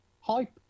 hype